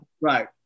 Right